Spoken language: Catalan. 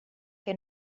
que